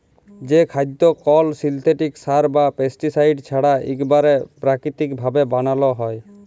যে খাদ্য কল সিলথেটিক সার বা পেস্টিসাইড ছাড়া ইকবারে পেরাকিতিক ভাবে বানালো হয়